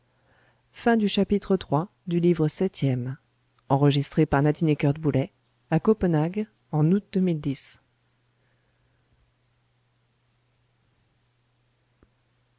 à droite de